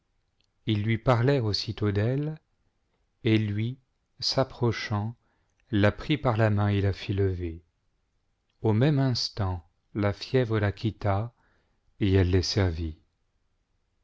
ils lui parlèrent aussitôt d'elle et luif s'approchant la chap i selon s makg ogi prit par la main et la fit lever au même instant la fièvre la quitta et elle les servit